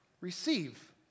Receive